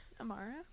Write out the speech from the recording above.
Amara